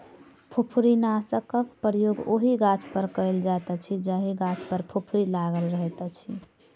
फुफरीनाशकक प्रयोग ओहि गाछपर कयल जाइत अछि जाहि गाछ पर फुफरी लागल रहैत अछि